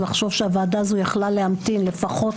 לחשוב שהוועדה הזאת יכלה להמתין לפחות